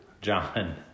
John